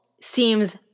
seems